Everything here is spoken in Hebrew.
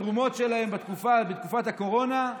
בתרומות שלהם בתקופת הקורונה,